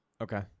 Okay